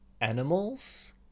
animals